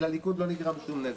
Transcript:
כי לליכוד לא נגרם שום נזק.